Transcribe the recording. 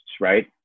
right